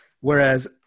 whereas